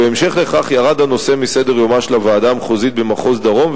בהמשך לכך ירד הנושא מסדר-יומה של הוועדה המחוזית במחוז דרום,